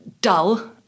dull